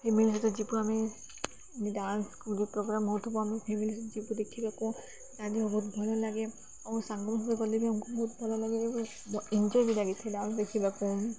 family ସହିତ ଯିବୁ ଆମେ ଡାନ୍ସ ସ୍କୁଲ୍ରେ ପ୍ରୋଗ୍ରାମ୍ ହଉଥିବ ଆମେ ଫ୍ୟାମିଲି ଯିବୁ ଦେଖିବାକୁ ତାଦେହ ବହୁତ ଭଲ ଲାଗେ ଆଉ ସାଙ୍ଗ ମାନଙ୍କ ସହିତ ଗଲେ ବି ଆମକୁ ବହୁତ ଭଲ ଲାଗେ ଏବଂ ଏନ୍ଜଏବି ଲାଗିଥିଲା ଡାନ୍ସ ଦେଖିବାକୁ